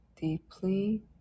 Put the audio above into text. deeply